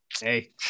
hey